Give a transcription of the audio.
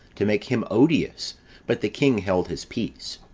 to make him odious but the king held his peace.